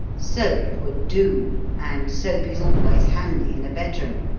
soap would do and soap is always handy in a bedroom.